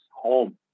home